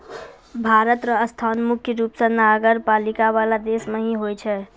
भारत र स्थान मुख्य रूप स नगरपालिका वाला देश मे ही होय छै